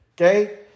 okay